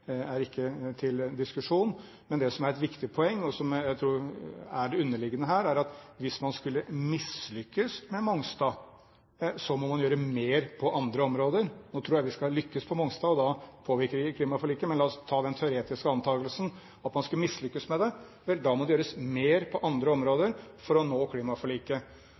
er ikke til diskusjon. Men det som er et viktig poeng, og som jeg tror er det underliggende her, er at hvis man skulle mislykkes med Mongstad, må man gjøre mer på andre områder. Nå tror jeg vi skal lykkes på Mongstad, og da påvirkes ikke klimaforliket, men la oss ta den teoretiske antakelsen at man skulle mislykkes med det. Da må det gjøres mer på andre områder for å nå klimaforliket.